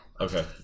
Okay